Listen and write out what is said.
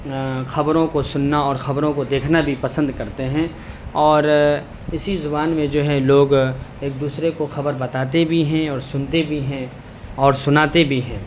خبروں کو سننا اور خبروں کو دیکھنا بھی پسند کرتے ہیں اور اسی زبان میں جو ہے لوگ ایک دوسرے کو خبر بتاتے بھی ہیں اور سنتے بھی ہیں اور سناتے بھی ہیں